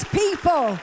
people